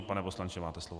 Pane poslanče, máte slovo.